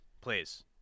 Please